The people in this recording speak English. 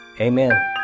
Amen